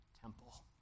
temple